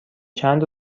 چند